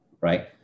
right